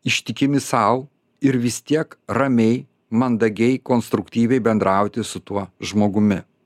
ištikimi sau ir vis tiek ramiai mandagiai konstruktyviai bendrauti su tuo žmogumi